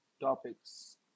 topics